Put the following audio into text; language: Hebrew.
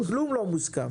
כלום לא מוסכם,